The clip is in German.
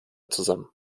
zusammen